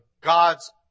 God's